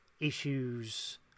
issues